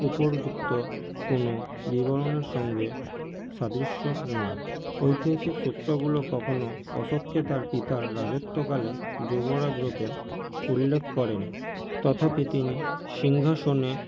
উপযুক্ত কোনো বিবরণের সঙ্গে সাদৃশ্য নয় ঐতিহাসিক সূত্রগুলো কখনও অশোককে তার পিতার রাজত্বকালে যুবরাজরূপে উল্লেখ করেনি তথাপি তিনি সিংহাসনে